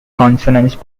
consonants